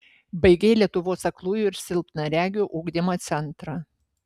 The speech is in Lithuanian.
baigei lietuvos aklųjų ir silpnaregių ugdymo centrą